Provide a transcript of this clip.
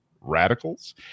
radicals